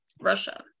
Russia